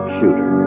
Shooter